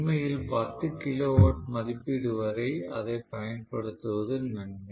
உண்மையில் 10 கிலோவாட் மதிப்பீடு வரை அதைப் பயன்படுத்துவது நன்மை